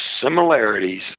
similarities